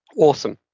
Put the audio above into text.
awesome.